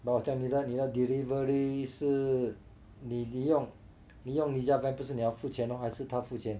哦这样你这样 delivery 是你你用你用 Ninja van 不是你要付钱咯还是他付钱